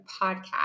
podcast